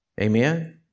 Amen